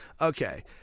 Okay